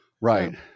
Right